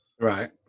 right